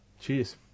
Cheers